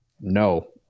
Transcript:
No